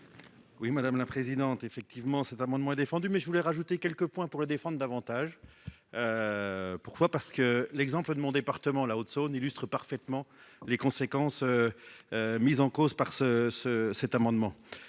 Oui, madame la présidente, effectivement, cet amendement défendu mais je voulais rajouter quelques points pour le défendent davantage pourquoi parce que l'exemple de mon département, la Haute-Saône, illustrent parfaitement les conséquences mise en cause par ce ce cet amendement